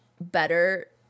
better